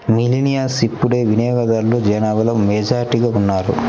millennials ఇప్పుడు వినియోగదారుల జనాభాలో మెజారిటీగా ఉన్నారు